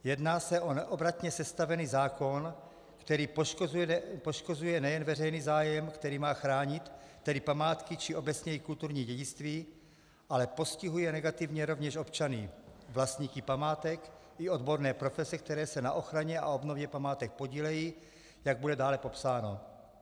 Jedná se o neobratně sestavený zákon, který poškozuje nejen veřejný zájem, který má chránit, tedy památky, či obecněji kulturní dědictví, ale postihuje negativně rovněž občany, vlastníky památek i odborné profese, které se na ochraně a obnově památek podílejí, jak bude dále popsáno.